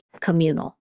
communal